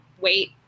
wait